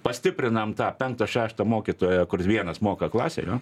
pastiprinam tą penktą šeštą mokytoją kuris vienas moka klasėj jo